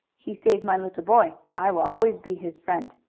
he save my little boy i will always be his friend.